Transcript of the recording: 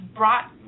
brought